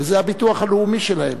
וזה הביטוח הלאומי שלהם.